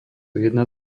jedna